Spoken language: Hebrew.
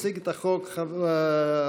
הצעת החוק אושרה,